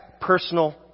personal